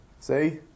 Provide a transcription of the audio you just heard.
See